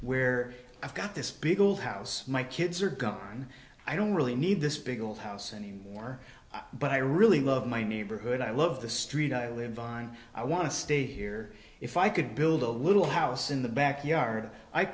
where i've got this big old house my kids are gone i don't really need this big old house anymore but i really love my neighborhood i love the street i live on i want to stay here if i could build a little house in the backyard i